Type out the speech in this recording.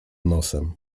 nosem